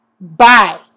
bye